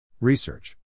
Research